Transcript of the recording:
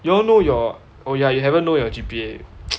you all know your oh ya you haven't know your G_P_A